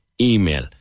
email